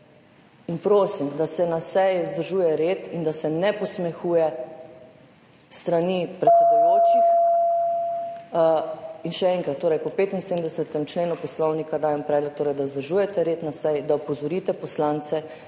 Prosim, da se na seji vzdržuje red in da se ne posmehuje s strani predsedujočih. Še enkrat. Po 75. členu Poslovnika torej dajem predlog, da vzdržujete red na seji, da opozorite poslance,